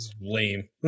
Lame